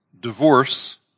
divorce